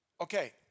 Okay